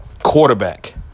Quarterback